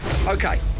Okay